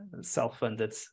self-funded